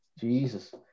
Jesus